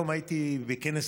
היום הייתי בכנס "עדיף".